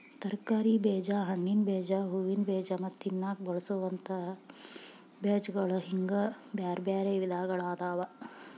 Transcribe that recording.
ತರಕಾರಿ ಬೇಜ, ಹಣ್ಣಿನ ಬೇಜ, ಹೂವಿನ ಬೇಜ ಮತ್ತ ತಿನ್ನಾಕ ಬಳಸೋವಂತ ಬೇಜಗಳು ಹಿಂಗ್ ಬ್ಯಾರ್ಬ್ಯಾರೇ ವಿಧಗಳಾದವ